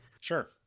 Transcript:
Sure